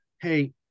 hey